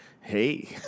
Hey